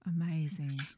amazing